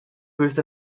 booth